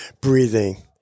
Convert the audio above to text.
breathing